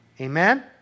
Amen